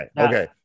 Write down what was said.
Okay